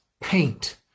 paint